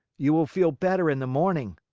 you will feel better in the morning.